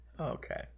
Okay